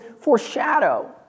foreshadow